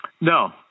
No